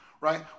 right